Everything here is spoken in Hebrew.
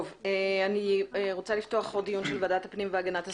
אני רוצה לפתוח את דיון של ועדת הפנים והגנת הסביבה.